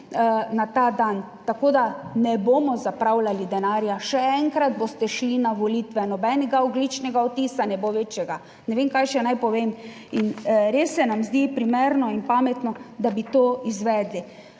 na ta dan. Tako, da ne bomo zapravljali denarja. Še enkrat, boste šli na volitve. Nobenega ogljičnega odtisa ne bo večjega, ne vem kaj še naj povem in res se nam zdi primerno in pametno, da bi to izvedli,